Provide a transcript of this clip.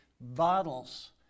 bottles